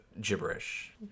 gibberish